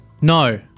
No